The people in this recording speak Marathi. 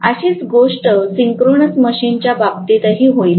अशीच गोष्ट सिंक्रोनस मशीनच्या बाबतीतही होईल